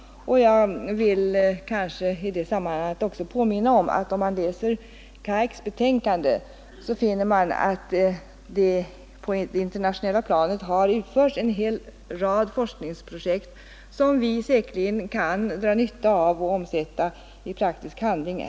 Jag vill påminna om att att om man i det sammanhanget läser KAIK:s betänkande, finner man att på det internationella planet en hel rad forskningsprojekt utförts, som vi säkerligen här hemma kan dra nytta av och omsätta i praktisk handling.